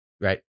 Right